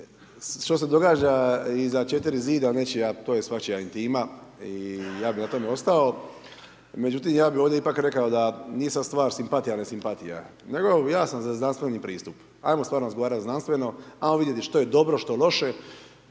što se događa iza četiri zida nečija, to je svačija intima i ja bih na tome ostao. Međutim, ja bih ovdje ipak rekao da nije sad stvar simpatija, nesimpatija, nego ja sam za znanstveni pristup. Ajmo stvarno razgovarati znanstveno, ajmo vidjeti što je dobro a što loše,